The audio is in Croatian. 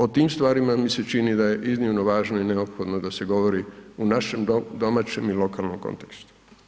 O tim stvarima mi se čini da je iznimno važno i neophodno da se govori u našem, domaćem i lokalnom kontekstu.